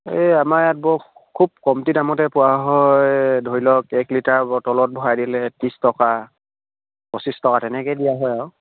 এই আমাৰ ইয়াত বৰ খুব কমটি দামতে পোৱা হয় ধৰি লওক এক লিটাৰ বটলত ভৰাই দিলে ত্ৰিছ টকা পঁচিছ টকা তেনেকৈ দিয়া হয় আৰু